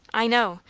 i know.